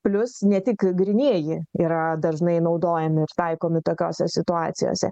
plius ne tik grynieji yra dažnai naudojami ir taikomi tokiose situacijose